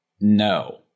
No